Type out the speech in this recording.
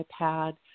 iPad